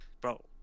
bro